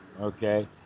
Okay